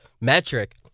metric